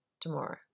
tomorrow